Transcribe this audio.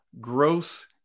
gross